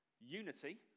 unity